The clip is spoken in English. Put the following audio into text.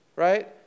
right